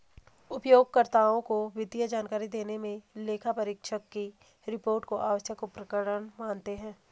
उपयोगकर्ताओं को वित्तीय जानकारी देने मे लेखापरीक्षक की रिपोर्ट को आवश्यक उपकरण मानते हैं